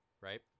right